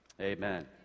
Amen